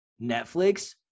Netflix